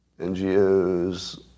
NGO's